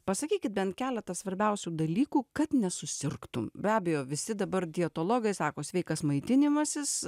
pasakykit bent keletą svarbiausių dalykų kad nesusirgtum be abejo visi dabar dietologai sako sveikas maitinimasis